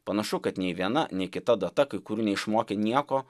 panašu kad nei viena nei kita data kai kurių neišmokė nieko